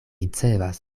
ricevas